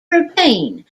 routine